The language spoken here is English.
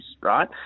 right